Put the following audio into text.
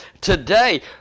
today